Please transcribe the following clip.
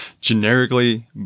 generically